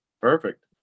Perfect